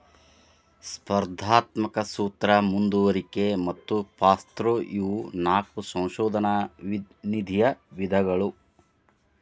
ಸ್ಪರ್ಧಾತ್ಮಕ ಸೂತ್ರ ಮುಂದುವರಿಕೆ ಮತ್ತ ಪಾಸ್ಥ್ರೂ ಇವು ನಾಕು ಸಂಶೋಧನಾ ನಿಧಿಯ ವಿಧಗಳು